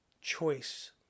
choice